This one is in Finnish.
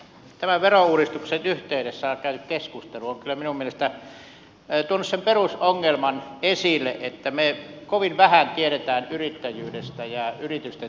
tämän verouudistuksen yhteydessä käyty keskustelu on kyllä minun mielestäni tuonut sen perusongelman esille että me kovin vähän tiedämme yrittäjyydestä ja yritysten toiminnasta